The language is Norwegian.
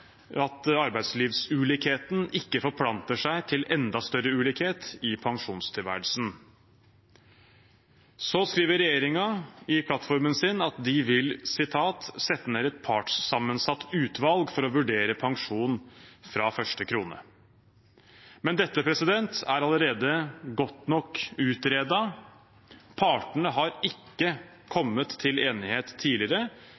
arbeidslivsulikheten ikke forplanter seg til enda større ulikhet i pensjonstilværelsen. Regjeringen skriver i plattformen at de vil «sette ned et partssammensatt utvalg for å vurdere pensjon fra første krone». Men dette er allerede godt nok utredet. Partene har ikke